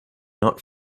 not